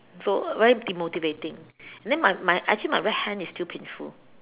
so very demotivating then my my actually my right hand is still painful